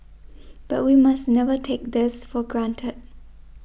but we must never take this for granted